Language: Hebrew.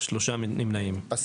הצבעה בעד 4 נמנעים 3 אושר.